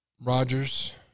Rogers